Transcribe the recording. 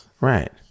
right